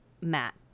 Matt